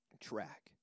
track